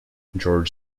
george